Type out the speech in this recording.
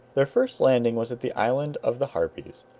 their first landing was at the island of the harpies.